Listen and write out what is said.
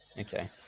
Okay